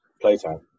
Playtime